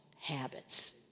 habits